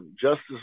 Justice